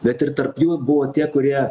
bet ir tarp jų buvo tie kurie